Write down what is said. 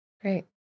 Great